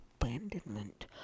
ABANDONMENT